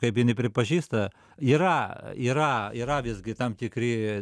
kaip jinai pripažįsta yra yra yra visgi tam tikri